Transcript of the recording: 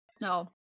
no